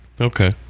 Okay